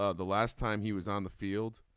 ah the last time he was on the field